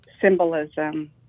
symbolism